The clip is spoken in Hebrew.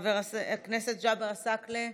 חבר הכנסת ג'אבר עסאקלה,